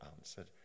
answered